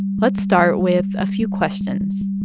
let's start with a few questions.